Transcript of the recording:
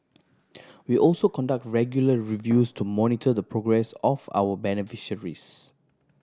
we also conduct regular reviews to monitor the progress of our beneficiaries